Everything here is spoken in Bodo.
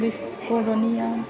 बिस बर'निया